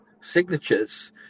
signatures